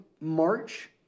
March